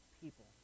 people